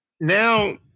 Now